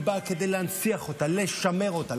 היא באה כדי להנציח אותה, לשמר אותה.